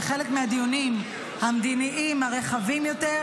כחלק מהדיונים המדיניים הרחבים יותר,